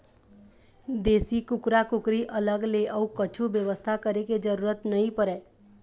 देसी कुकरा कुकरी अलग ले अउ कछु बेवस्था करे के जरूरत नइ परय